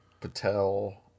Patel